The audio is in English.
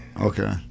Okay